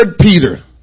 Peter